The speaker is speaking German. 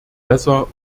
besser